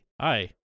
Hi